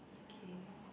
okay